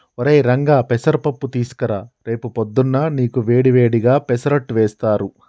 ఒరై రంగా పెసర పప్పు తీసుకురా రేపు పొద్దున్నా నీకు వేడి వేడిగా పెసరట్టు వేస్తారు